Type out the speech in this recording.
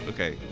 Okay